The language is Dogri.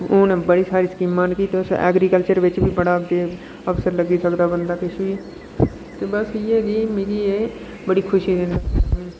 हू'न बड़ी सारी स्कीमां न ते कुछ एग्रीकल्चर च बी बड़ा ते अफसर लग्गी सकदा बंदा किश बी ते बस इ'यै कीिमिगी एह् बड़ी खुशी